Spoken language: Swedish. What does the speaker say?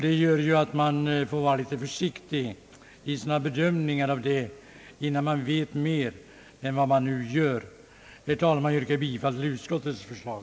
Det gör att man får vara litet försiktig i sina bedömningar, innan man vet mer än man nu gör. Herr talman! Jag yrkar bifall till utskottets förslag.